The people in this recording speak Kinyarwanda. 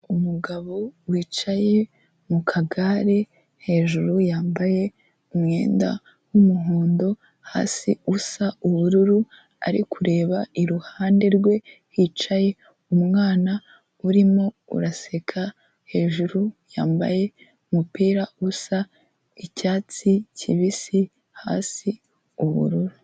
Umugabo wicaye mu kagare, hejuru yambaye umwenda w'umuhondo hasi usa ubururu, ari kureba iruhande rwe, hicaye umwana urimo araseka, hejuru yambaye umupira usa icyatsi kibisi hasi ubururu.